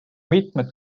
mitmed